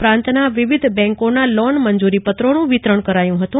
ઉપરાંતના વિવિધ બેંકોના લોન મંજૂરીપત્રોનું પણ વિતરણ કરાયું હતું